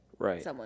Right